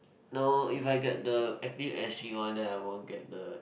no if I get the Active S_G one then I won't get the